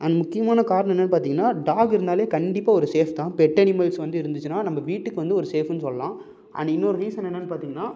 அந்த முக்கியமான காரணம் என்னென்று பார்த்திங்கன்னா டாக் இருந்தாலே கண்டிப்பாக ஒரு சேஃப் தான் பெட் அனிமல்ஸ் வந்து இருந்துச்சுன்னா நம்ப வீட்டுக்கு வந்து ஒரு சேஃப்புன்னு சொல்லலாம் அண்டு இன்னொரு ரீசன் என்னென்னு பார்த்திங்கன்னா